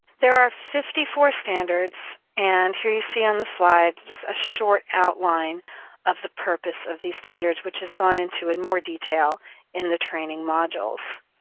there are fifty four standards, and here you see on the slide just a short outline of the purpose of these standards, which is gone into in more detail in the training modules.